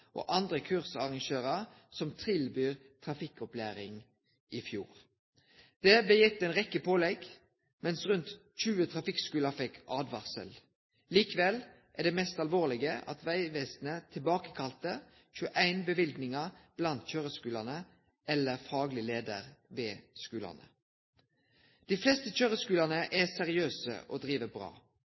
og andre kursarrangørar som tilbyr trafikkopplæring, i fjor. Det blei gitt ei rekkje pålegg, mens rundt 20 trafikkskular fekk åtvaring. Likevel er det mest alvorlege at Vegvesenet kalla tilbake 21 løyve blant kjøreskulane eller faglege leiarar ved skulane. Dei fleste kjøreskulane er seriøse og driv bra,